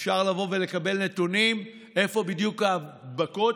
אפשר לבוא ולקבל נתונים איפה בדיוק ההדבקות,